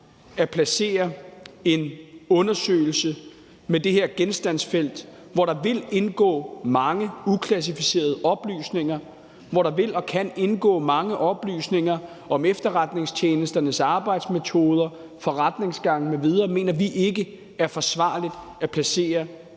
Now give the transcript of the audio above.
at placere en undersøgelse med det her genstandsfelt, hvor der vil indgå mange uklassificerede oplysninger, og hvor der vil og kan indgå mange oplysninger om efterretningstjenesternes arbejdsmetoder og forretningsgange m.v., i en granskningskommission. Kl.